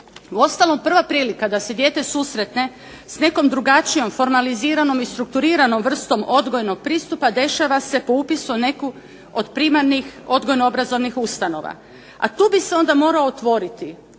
Uostalom prva prilika da se dijete susretne s nekom drugačijom formaliziranom i strukturiranom vrstom odgojnog pristupa dešava se po upisu u neku od primarnih odgojno-obrazovnih ustanova, a tu bi se onda morao otvoriti